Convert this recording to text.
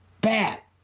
bat